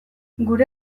gure